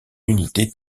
unité